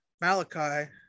Malachi